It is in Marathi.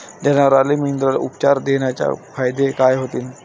जनावराले मिनरल उपचार देण्याचे फायदे काय होतीन?